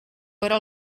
però